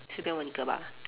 随便问一个吧